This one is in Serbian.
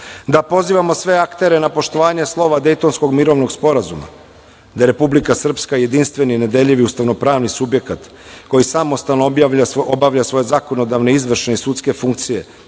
da pozivamo sve aktere na poštovanje slova Dejtonskog mirovnog sporazuma;- da je Republika Srpska jedinstveni i nedeljivi ustavnopravni subjekat koji samostalno obavlja svoje zakonodavne, izvršne i sudske funkcije,